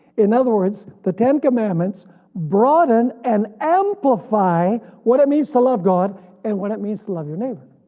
in other words the ten commandments broaden and amplify what it means to love god and what it means to love your neighbor,